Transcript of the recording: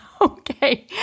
Okay